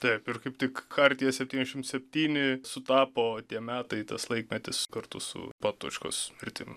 taip ir kaip tik chartija septyniasdešimt septyni sutapo tie metai tas laikmetis kartu su patočkos mirtim